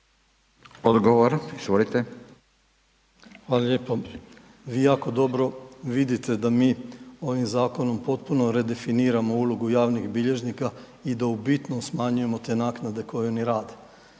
Dražen (HDZ)** Hvala lijepo. Vi jako dobro vidite da mi ovim zakonom potpuno redefiniramo ulogu javnih bilježnika i da u bitno smanjujemo te naknade koje oni rade,